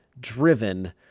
driven